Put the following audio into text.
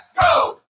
go